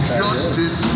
justice